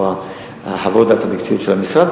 או חוות הדעת המקצועיות של המשרד,